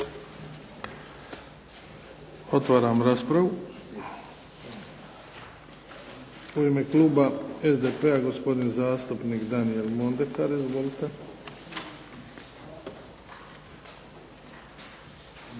Otvaram raspravu. U ime kluba SDP-a, gospodin zastupnik Daniel Mondekar. Izvolite.